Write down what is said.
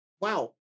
wow